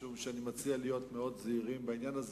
משום שאני מציע להיות מאוד זהירים בעניין הזה,